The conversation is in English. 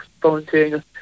volunteering